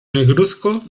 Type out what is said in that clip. negruzco